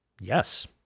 Yes